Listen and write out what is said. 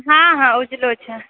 हॅं हॅं उजलो छै